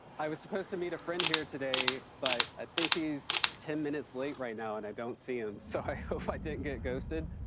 i was supposed to meet a friend here today, but i think he's ten minutes late right now and i don't see him, so i hope i didn't get ghosted.